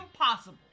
Impossible